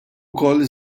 wkoll